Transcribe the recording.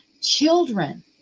children